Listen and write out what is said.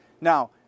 Now